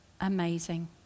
amazing